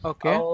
Okay